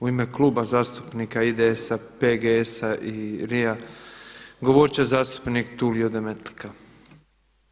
U ime Kluba zastupnika IDS-a, PGS-a i LRI-a govoriti će zastupnik Tulio Demetlika.